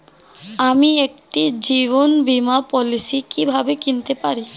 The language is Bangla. আমি একটি জীবন বীমা পলিসি কিভাবে কিনতে পারি?